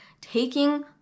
Taking